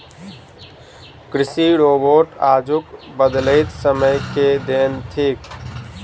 कृषि रोबोट आजुक बदलैत समय के देन थीक